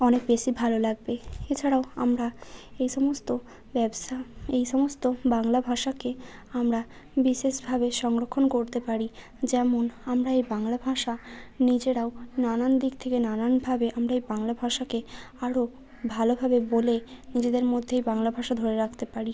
অনেক বেশি ভালো লাগবে এছাড়াও আমরা এই সমস্ত ব্যবসা এই সমস্ত বাংলা ভাষাকে আমরা বিশেষভাবে সংরক্ষণ করতে পারি যেমন আমরা এই বাংলা ভাষা নিজেরাও নানান দিক থেকে নানানভাবে আমরা এই বাংলা ভাষাকে আরও ভালোভাবে বলে নিজেদের মধ্যেই বাংলা ভাষা ধরে রাখতে পারি